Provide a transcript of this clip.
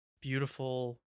beautiful